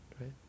right